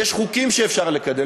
יש חוקים שאפשר לקדם,